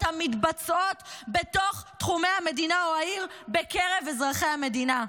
המתבצעות בתוך תחומי המדינה או העיר בקרב אזרחי המדינה.